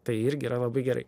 tai irgi yra labai gerai